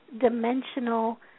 dimensional